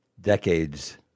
decades